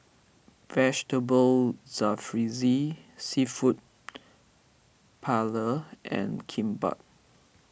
Vegetable Jalfrezi Seafood Paella and Kimbap